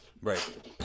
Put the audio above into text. Right